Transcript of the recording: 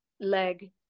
leg